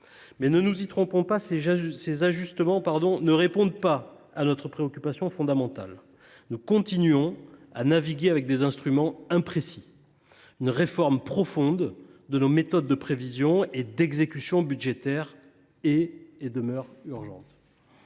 Mais ne nous y trompons pas : ces ajustements ne répondent pas à notre préoccupation fondamentale. Nous continuons à naviguer en nous fiant à des instruments imprécis. Une réforme profonde de nos méthodes de prévision et d’exécution budgétaire demeure urgente.